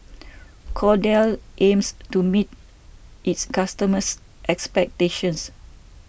Kordel's aims to meet its customers' expectations